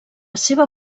seva